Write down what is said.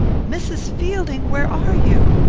mrs. fielding! where are you?